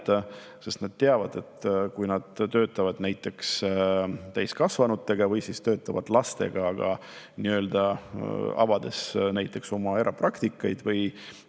sest nad teavad, et kui nad töötavad näiteks täiskasvanutega või töötavad lastega, avades näiteks oma erapraksise või